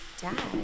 dad